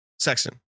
Sexton